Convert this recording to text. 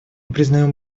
признаем